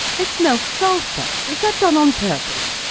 i smell sulphur. is that done on purpose?